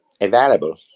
available